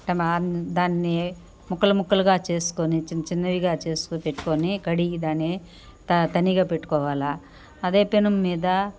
టమా మా దాన్ని ముక్కలుముక్కలుగా చేసుకుని చిన్నచిన్నయిగా చేసి పెట్టుకొని కడిగి దాని త తనిగా పెట్టుకోవాలి అదే పెనం మీద